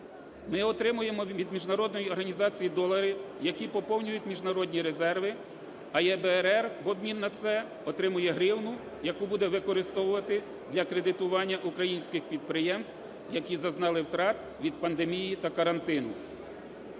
Ми отримуємо від міжнародної організації долари, які поповнюють міжнародні резерви, а ЄБРР в обмін на це отримує гривню, яку буде використовувати для кредитування українських підприємств, які зазнали втрат від пандемії та карантину.